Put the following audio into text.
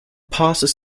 passes